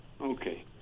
Okay